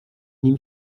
nim